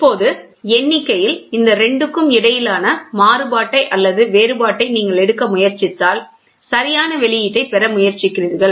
இப்போது எண்ணிக்கையில் இந்த 2 க்கு இடையிலான மாறுபாட்டை அல்லது வேறுபாட்டை நீங்கள் எடுக்க முயற்சித்தால் சரியான வெளியீட்டைப் பெற முயற்சிக்கிறீர்கள்